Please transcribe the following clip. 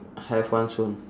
have one soon